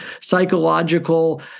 psychological